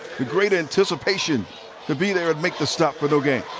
great anticipation to be there and make the stop, but no gain.